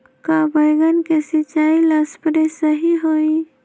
का बैगन के सिचाई ला सप्रे सही होई?